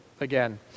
again